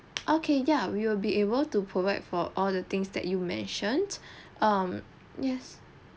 okay ya we will be able to provide for all the things that you mentioned um yes